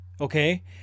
okay